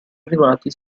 arrivati